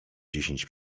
dziesięć